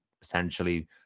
potentially